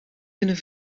kunnen